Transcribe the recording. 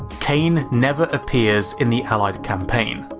kane never appears in the allied campaign.